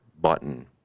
button